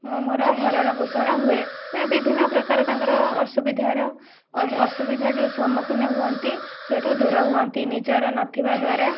ମୁଁ ମୋର ଭରଣ ପୋଷଣ ହୁଏ ବିଭିନ୍ନ ପ୍ରକାର ତାଙ୍କର ଅସୁବିଧାର ଅସୁବିଧା ଯୋଉ ସମ୍ମୁଖୀନ ହୁଅନ୍ତି ସେଇଠୁ ଦୂର ହୁଅନ୍ତି ନିଜର ନଥିବା ଦ୍ଵାରା